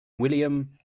william